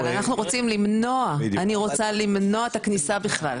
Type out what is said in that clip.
אבל אנחנו רוצים למנוע את הכניסה בכלל.